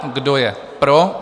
Kdo je pro?